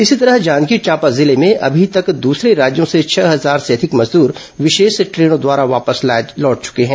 इसी तरह जांजगीर चांपा जिले में अभी तक दूसरे राज्यों से छह हजार से अधिक मजदूर विशेष ट्रेनों द्वारा वापस लौट चुके हैं